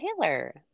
Taylor